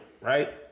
right